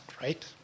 Right